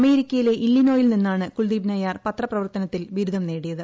അമേരിക്കയിലെ ഇല്ലിനോയിൽ നിന്നാണ് കുൽദീപ് നയ്യാർ പത്രപ്രവർത്തനത്തിൽ ബിരുദം നേടിയത്